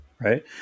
right